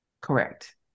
Correct